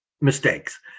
mistakes